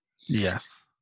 Yes